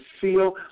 feel